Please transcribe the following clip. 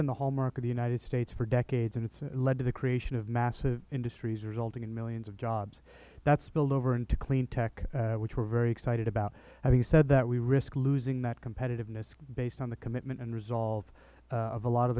been the hallmark of the united states for decades and it has led to the creation of massive industries resulting in millions of jobs that spilled over into clean tech which we are very excited about having said that we risk losing that competitiveness based on the commitment and resolve of a lot of